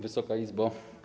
Wysoka Izbo!